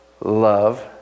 love